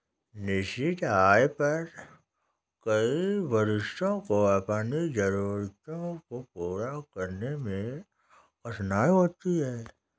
निश्चित आय पर कई वरिष्ठों को अपनी जरूरतों को पूरा करने में कठिनाई होती है